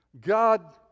God